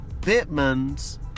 Bitmans